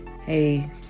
Hey